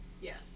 Yes